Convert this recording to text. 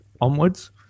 onwards